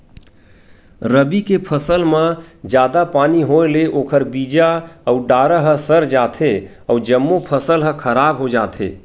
रबी के फसल म जादा पानी होए ले ओखर बीजा अउ डारा ह सर जाथे अउ जम्मो फसल ह खराब हो जाथे